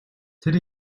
тэр